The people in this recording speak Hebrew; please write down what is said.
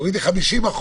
תורידי 50%,